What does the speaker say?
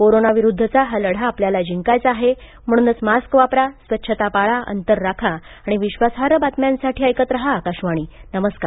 corona विरुद्धचा हा लढा आपल्याला जिंकायचा आहे म्हणूनच मास्क वापरा स्वच्छता पाळा अंतर राखा आणि विश्वासार्ह बातम्यांसाठी ऐकत रहा आकाशवाणी नमस्कार